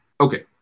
okay